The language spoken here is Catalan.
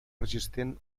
resistent